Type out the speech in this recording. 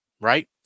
right